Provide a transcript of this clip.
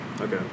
Okay